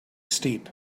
steep